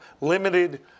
limited